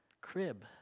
crib